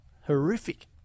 Horrific